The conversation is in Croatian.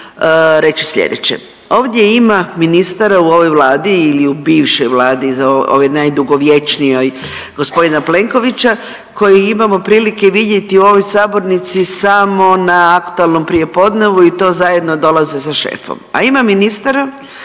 reći sljedeće, ovdje ima ministara u ovoj Vladi ili u bivšoj Vladi iza ove najdugovječnijoj g. Plenkovića koji imamo prilike vidjeti u ovoj sabornici samo na aktualnom prijepodnevu i to zajedno dolaze sa šefom. A ima ministara